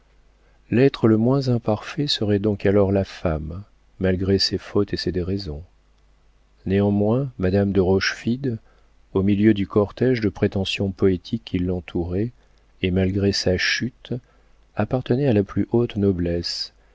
l'être le moins imparfait serait donc alors la femme malgré ses fautes et ses déraisons néanmoins madame de rochefide au milieu du cortége de prétentions poétiques qui l'entourait et malgré sa chute appartenait à la plus haute noblesse